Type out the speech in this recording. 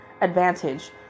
advantage